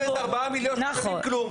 --- 4 מיליון, כלום.